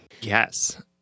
Yes